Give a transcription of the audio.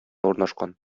урнашкан